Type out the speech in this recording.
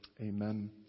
Amen